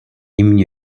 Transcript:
имени